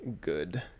good